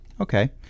Okay